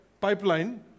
pipeline